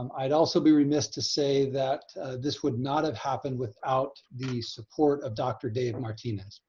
um i'd also be remiss to say that this would not have happened without the support of dr. dave martinez,